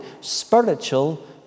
spiritual